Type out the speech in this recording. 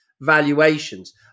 valuations